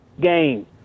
game